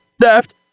Theft